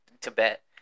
tibet